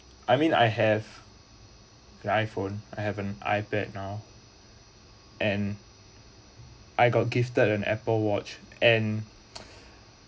I mean I have an iphone I have an ipad now and I got gifted an apple watch and